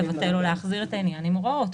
לבטל או להחזיר את העניין עם הוראות.